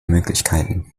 möglichkeiten